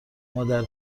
مادر